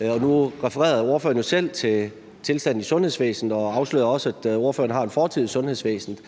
og nu refererede ordføreren jo selv til tilstanden i sundhedsvæsenet og afslører også, at ordføreren har en fortid i sundhedsvæsenet.